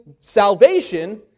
salvation